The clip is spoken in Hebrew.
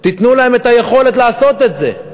תנו להם את היכולת לעשות את זה.